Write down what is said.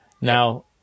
Now